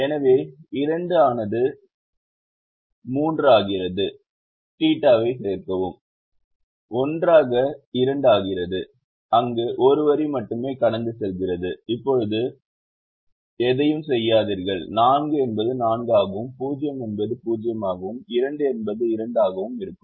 எனவே 2 ஆனது 3 ஆகிறது θ வை சேர்க்கவும் 1 ஆக 2 ஆகிறது அங்கு 1 வரி மட்டுமே கடந்து செல்கிறது இப்போது எதையும் செய்யாதீர்கள் 4 என்பது 4 ஆகவும் 0 என்பது 0 ஆகவும் 2 என்பது 2 ஆகவும் இருக்கும்